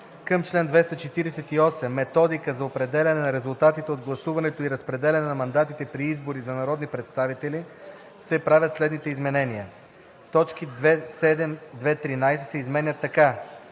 към чл. 248 Методика за определяне на резултатите от гласуването и разпределяне на мандатите при избори за народни представители се правят следните изменения: 1. Точки 2.7 – 2.13 се изменят така: